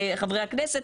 חברי הכנסת,